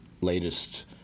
latest